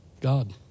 God